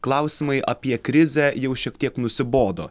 klausimai apie krizę jau šiek tiek nusibodo